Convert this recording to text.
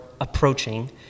approaching